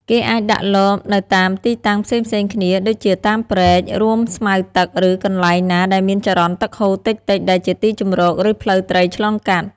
គេអាចដាក់លបនៅតាមទីតាំងផ្សេងៗគ្នាដូចជាតាមព្រែក រួមស្មៅទឹក ឬកន្លែងណាដែលមានចរន្តទឹកហូរតិចៗដែលជាទីជម្រកឬផ្លូវត្រីឆ្លងកាត់។